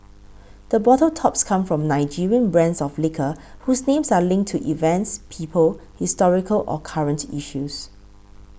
the bottle tops come from Nigerian brands of liquor whose names are linked to events people historical or current issues